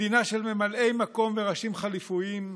מדינה של ממלאי מקום וראשים חלופיים,